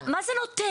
מה זה נותן?